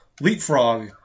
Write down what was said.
leapfrog